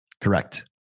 correct